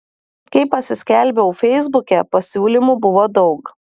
kai pasiskelbiau feisbuke pasiūlymų buvo daug